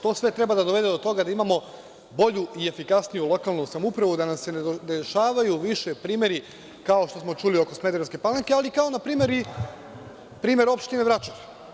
To sve treba da dovede do toga da imamo bolju i efikasniju lokalnu samoupravu, da nam se ne dešavaju više primeri kao što smo čuli oko Smederevske Palanke, ali kao npr. i primer opštine Vračar.